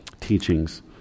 teachings